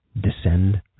descend